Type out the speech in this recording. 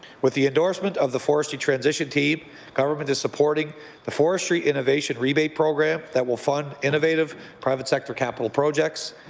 with the endorsement of the forestry transition team government is supporting the forestry innovation rebate program that will fund innovative private sector capital projects,